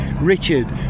Richard